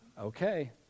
okay